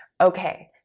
Okay